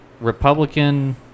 Republican